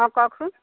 অঁ কওকচোন